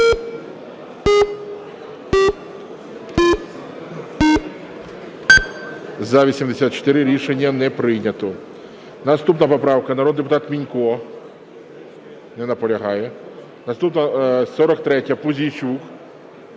За-84 Рішення не прийнято. Наступна поправка. Народний депутат Мінько. Не наполягає. Наступна – 43-я, Пузійчук.